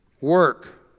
Work